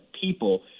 people